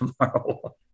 tomorrow